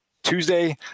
Tuesday